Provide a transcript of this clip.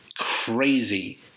crazy